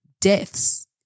deaths